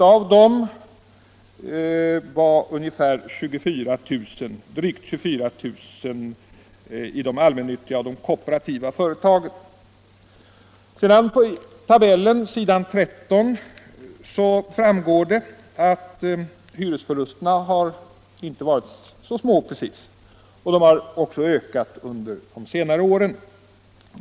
Av dessa fanns drygt 24 000 i de allmännyttiga och de kooperativa företagens fastigheter. Av tabellen på s. 13 framgår det att hyresförlusterna inte var så små precis. De har också ökat under de senare åren.